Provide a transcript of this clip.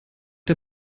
der